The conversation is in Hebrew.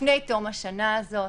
לפני תום השנה הזאת.